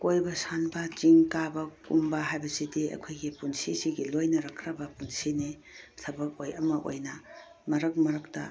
ꯀꯣꯏꯕ ꯁꯥꯟꯕ ꯆꯤꯡ ꯀꯥꯕ ꯀꯨꯝꯕ ꯍꯥꯏꯕꯁꯤꯗꯤ ꯑꯩꯈꯣꯏꯒꯤ ꯄꯨꯟꯁꯤꯁꯤꯒꯤ ꯂꯣꯏꯅꯔꯛꯈ꯭ꯔꯕ ꯄꯨꯟꯁꯤꯅꯤ ꯊꯕꯛ ꯑꯃ ꯑꯣꯏꯅ ꯃꯔꯛ ꯃꯔꯛꯇ